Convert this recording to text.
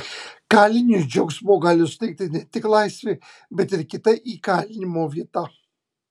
kaliniui džiaugsmo gali suteikti ne tik laisvė bet ir kita įkalinimo vieta